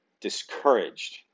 discouraged